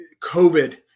COVID